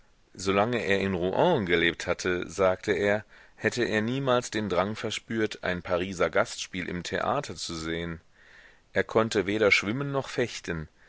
solange er in rouen gelebt hatte sagte er hätte er niemals den drang verspürt ein pariser gastspiel im theater zu sehen er konnte weder schwimmen noch fechten